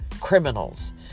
criminals